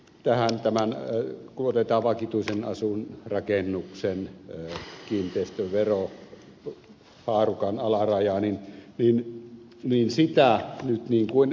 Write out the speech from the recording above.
tähän tämä kun otetaan vakituisen asuinrakennuksen kiinteistöverohaarukan alaraja että nyt niin kuin ed